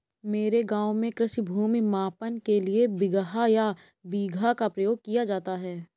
मेरे गांव में कृषि भूमि मापन के लिए बिगहा या बीघा का प्रयोग किया जाता है